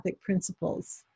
principles